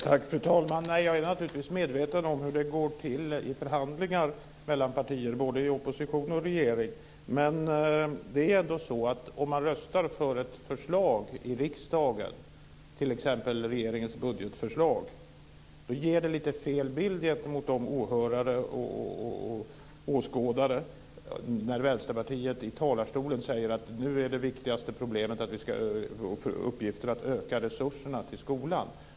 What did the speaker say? Fru talman! Jag är naturligtvis medveten om hur det går till i förhandlingar mellan partier, både i opposition och regering. Men det är ändå så att om man röstar för ett förslag i riksdagen, t.ex. regeringens budgetförslag, ger det lite fel bild till åhörare och åskådare när Vänsterpartiet i talarstolen säger: Nu är den viktigaste uppgiften att öka resurserna till skolan.